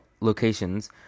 locations